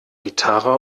gitarre